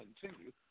continue